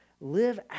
live